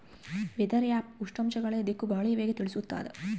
weather app ಉಷ್ಣಾಂಶ ಗಾಳಿಯ ದಿಕ್ಕು ಗಾಳಿಯ ವೇಗ ತಿಳಿಸುತಾದ